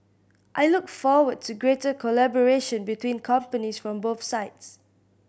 I look forward to greater collaboration between companies from both sides